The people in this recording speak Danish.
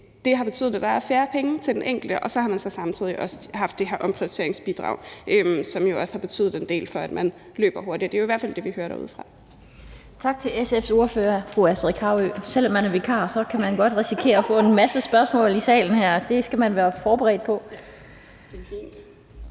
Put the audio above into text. det har betydet, at der er færre penge til den enkelte, og så har man samtidig også haft det her omprioriteringsbidrag, som jo også har betydet en del, i forhold til at man løber hurtigere. Det er jo i hvert fald det, vi hører derudefra.